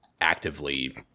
actively